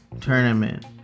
Tournament